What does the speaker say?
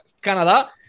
Canadá